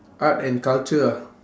art and culture ah